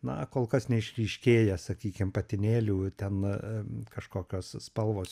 na kol kas neišryškėja sakykim patinėlių ten kažkokios spalvos